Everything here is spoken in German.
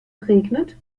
geregnet